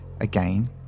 again